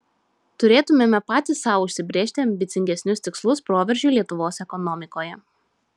turėtumėme patys sau užsibrėžti ambicingesnius tikslus proveržiui lietuvos ekonomikoje